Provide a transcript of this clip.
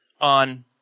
on